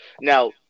Now